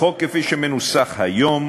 החוק כפי שהוא מנוסח היום